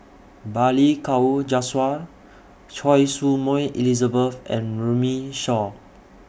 Balli Kaur Jaswal Choy Su Moi Elizabeth and Runme Shaw